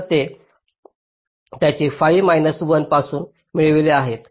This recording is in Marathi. तर हे त्याचे fi मैनास 1 पासून मिळवित आहे